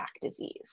disease